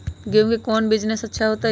गेंहू के कौन बिजनेस अच्छा होतई?